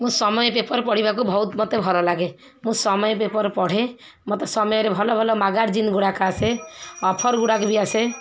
ମୋ ସମୟ ପେପର୍ ପଢ଼ିବାକୁ ବହୁତ ମତେ ଭଲ ଲାଗେ ମୁଁ ସମୟ ପେପର୍ ପଢ଼େ ମତେ ସମୟରେ ଭଲ ଭଲ ମାଗାଜିନ୍ ଗୁଡ଼ାକ ଆସେ ଅଫର୍ ଗୁଡ଼ାକ ବି ଆସେ